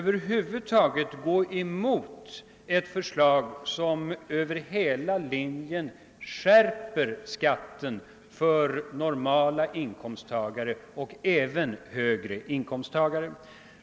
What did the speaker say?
Vi går emot ett förslag som över hela linjen skärper skatten för normala inkomsttagare och även högre inkomsttagare.